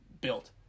built